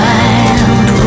Wild